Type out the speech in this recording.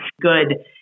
good